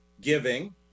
giving